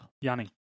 Yanni